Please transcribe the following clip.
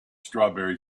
strawberry